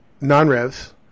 non-revs